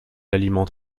alimente